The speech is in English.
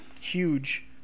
huge